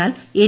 എന്നാൽ എൻ